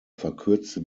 verkürzte